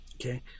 Okay